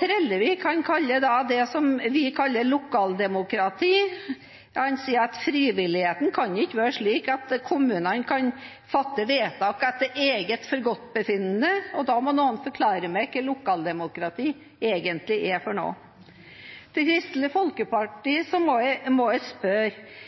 Trellevik sier om det som vi kaller lokaldemokrati, at frivilligheten kan ikke være slik at kommunene kan fatte vedtak etter eget forgodtbefinnende. Da må noen forklare meg hva lokaldemokrati egentlig er for noe. Når det gjelder Kristelig Folkeparti, må jeg spørre